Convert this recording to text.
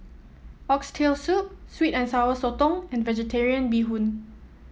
Oxtail Soup sweet and Sour Sotong and vegetarian Bee Hoon